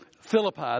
Philippi